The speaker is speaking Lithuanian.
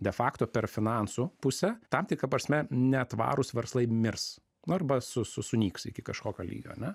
de fakto per finansų pusę tam tikra prasme netvarūs verslai mirs arba su su sunyks iki kažkokio lygio ane